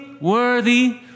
worthy